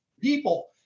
people